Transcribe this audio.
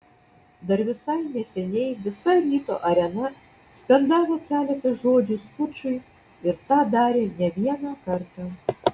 dar visai nesenai visa ryto arena skandavo keletą žodžių skučui ir tą darė ne vieną kartą